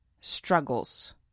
struggles